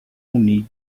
need